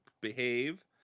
behave